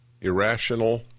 irrational